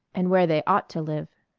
and where they ought to live.